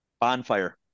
Bonfire